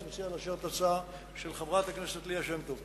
אני מציע לאשר את ההצעה של חברת הכנסת ליה שמטוב.